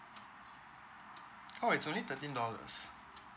oh it's only thirteen dollars